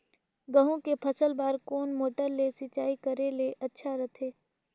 गहूं के फसल बार कोन मोटर ले सिंचाई करे ले अच्छा रथे?